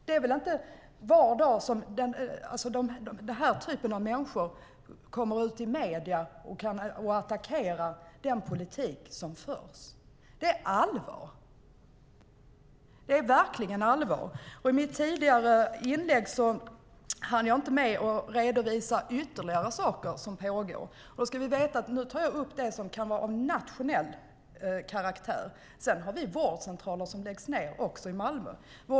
Det är inte var dag som den typen av människor går ut i medierna och attackerar den politik som förs. Det här är verkligen allvar. I mitt tidigare inlägg hann jag inte med att redovisa ytterligare pågående saker. Nu tar jag upp frågor som är av nationell karaktär. Det finns vårdcentraler som läggs ned också i Malmö.